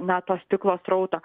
na to stiklo srauto